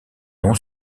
non